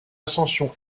ascension